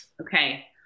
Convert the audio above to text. Okay